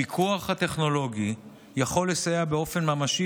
הפיקוח הטכנולוגי יכול לסייע באופן ממשי